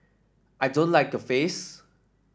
I don't like your face